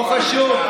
לא חשוב.